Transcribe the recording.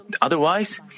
otherwise